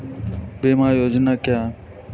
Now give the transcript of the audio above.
बीमा योजना क्या है?